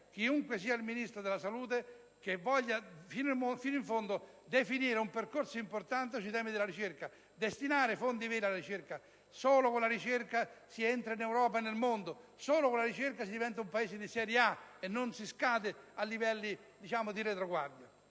qualunque Ministro della salute che voglia definire fino in fondo un percorso importante sui temi della ricerca e destinare ad essa fondi adeguati. Solo con la ricerca si entra in Europa e nel mondo; solo con la ricerca si diventa un paese di serie A e non si scade a livelli di retroguardia.